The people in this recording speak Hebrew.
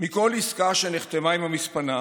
מכל עסקה שנחתמה עם המספנה,